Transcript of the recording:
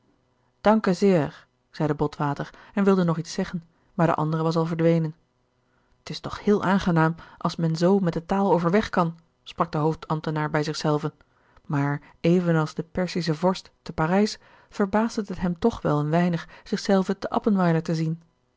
sehr zeide botwater en wilde nog iets zeggen maar de andere was al verdwenen t is toch heel aangenaam als men zoo met de taal overweg kan sprak de hoofdambtenaar bij zich zelven maar even als de persische vorst te parijs verbaasde het hem toch wel een weinig zich zelven te appenweiler te zien